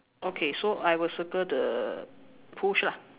okay so I will circle the push lah